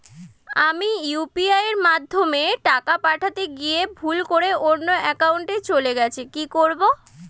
আমি ইউ.পি.আই মাধ্যমে টাকা পাঠাতে গিয়ে ভুল করে অন্য একাউন্টে চলে গেছে কি করব?